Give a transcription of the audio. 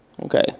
Okay